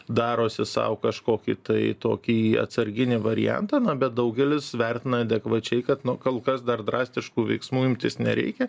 darosi sau kažkokį tai tokį atsarginį variantą na bet daugelis vertina adekvačiai kad nu kol kas dar drastiškų veiksmų imtis nereikia